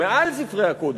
מעל ספרי הקודש,